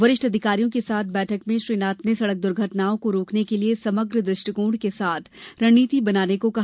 वरिष्ठ अधिकारियों के साथ बैठक में श्री नाथ ने सड़क दुर्घटनाओं को रोकने के लिये समग्र दृष्टिकोण के साथ रणनीति बनाने को कहा